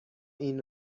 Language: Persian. این